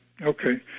Okay